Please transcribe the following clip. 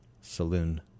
saloon